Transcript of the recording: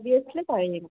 অভিয়াছলি পাৰিম